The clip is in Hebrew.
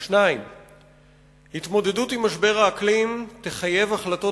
2. התמודדות עם משבר האקלים תחייב החלטות